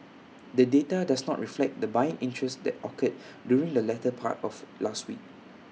the data does not reflect the buying interest that occurred during the latter part of last week